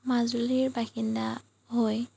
মাজুলীৰ বাসিন্দা হৈ